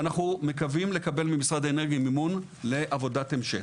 ואנחנו מקווים לקבל ממשרד האנרגיה מימון לעבודת המשך.